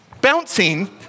bouncing